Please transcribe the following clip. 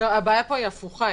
הבעיה פה היא הפוכה,